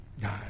God